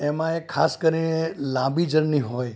એમાંય ખાસ કરીને લાંબી જર્ની હોય